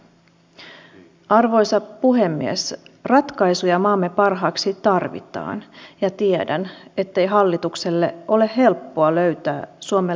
perintöveron kevennyksen myötä yrittäjäpuolelle annetaan mahdollisuus kehittää toimintaa investoida ja palkata lisää työntekijöitä ja ennen kaikkea säilyttää entiset työpaikat